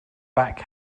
back